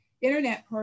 internet